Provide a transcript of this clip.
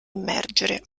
immergere